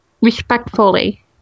respectfully